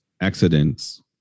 accidents